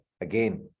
Again